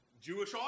Jewish